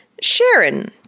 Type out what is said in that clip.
Sharon